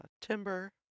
timber